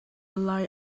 lai